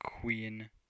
Queen